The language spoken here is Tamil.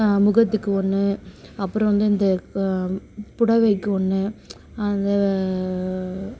முகத்துக்கு ஒன்று அப்றம் வந்து இந்த புடவைக்கு ஒன்று